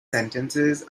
sentences